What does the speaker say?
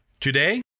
Today